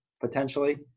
potentially